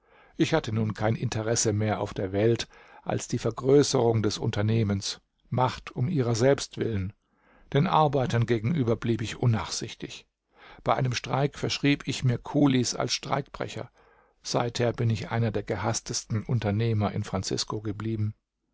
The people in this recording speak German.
ich hatte nun kein interesse mehr auf der welt als die vergrößerung des unternehmens macht um ihrer selbst willen den arbeitern gegenüber blieb ich unnachsichtig bei einem streik verschrieb ich mir kulis als streikbrecher seither bin ich einer der gehaßtesten unternehmer in francisco geblieben